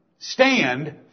Stand